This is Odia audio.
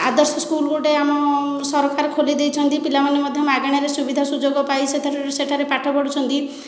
ଆଦର୍ଶ ସ୍କୁଲ୍ ଗୋଟିଏ ଆମ ସରକାର ଖୋଲିଦେଇଛନ୍ତି ପିଲାମାନେ ମଧ୍ୟ ମାଗଣାରେ ସୁବିଧା ସୁଯୋଗ ପାଇ ସେଠାରେ ସେଠାରେ ପାଠ ପଢ଼ୁଛନ୍ତି